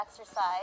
exercise